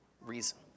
reason